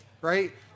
right